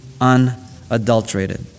unadulterated